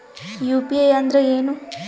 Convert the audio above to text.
UPI ಅಂದ್ರೆ ಏನು?